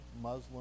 Muslim